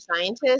scientists